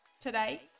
Today